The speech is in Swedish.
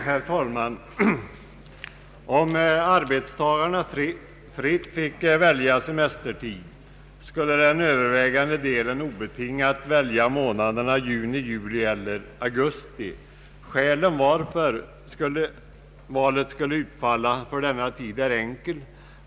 Herr talman! Om arbetstagarna fritt fick välja tidpunkt för semester skulle den övervägande delen obetingat föredra någon av månaderna juni, juli eller augusti. Skälen till att valet skulle utfalla så är enkla.